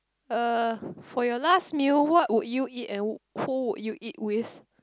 uh for your last meal what would you eat and who would you eat with